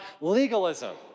legalism